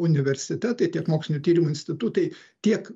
universitetai tiek mokslinių tyrimų institutai tiek